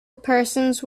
persons